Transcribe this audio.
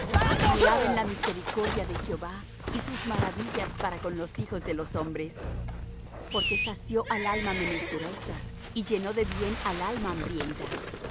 alaben la misericordia de jehová y sus maravillas para con los hijos de los hombres porque sació al alma menesterosa y llenó de bien al alma hambrienta